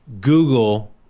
Google